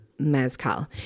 mezcal